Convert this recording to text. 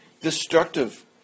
destructive